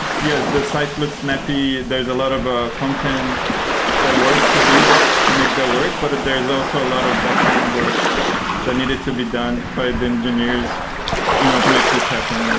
yes, the site looks snappy. there's a lot of ah frontend ah work to do that to make that work, but there's also a lot of backend work that needed to be done by the engineers you know to make this happen.